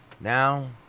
Now